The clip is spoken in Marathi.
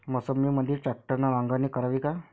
मोसंबीमंदी ट्रॅक्टरने नांगरणी करावी का?